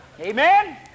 Amen